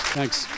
Thanks